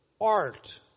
Art